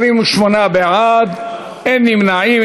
28 בעד, אין נמנעים.